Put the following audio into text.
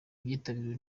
byitabiriwe